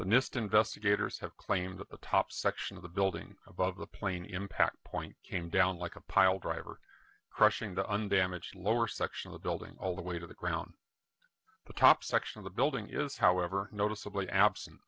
the nist investigators have claimed that the top section of the building above the plane impact point came down like a pile driver crushing the undamaged lower section of the building all the way to the ground the top section of the building is however noticeably a